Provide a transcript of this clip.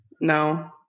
No